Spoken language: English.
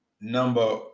number